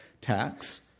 tax